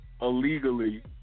illegally